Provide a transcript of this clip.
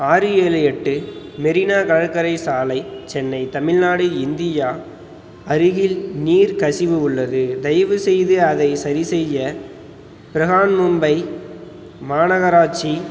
ஆறு ஏழு எட்டு மெரினா கடற்கரை சாலை சென்னை தமிழ்நாடு இந்தியா அருகில் நீர் கசிவு உள்ளது தயவுசெய்து அதைச் சரிசெய்ய பிரஹான்மும்பை மாநகராட்சி